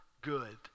good